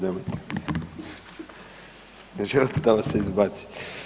Ne želite da vas se izbaci.